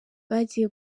bagiye